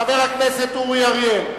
חבר הכנסת אורי אריאל?